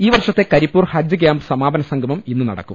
ഈ വർഷത്തെ കരിപ്പൂർ ഹജ്ജ് കൃാമ്പ് സമാപന സംഗമം ഇന്ന് നടക്കും